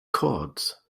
chords